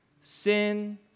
sin